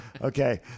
Okay